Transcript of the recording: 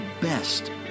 best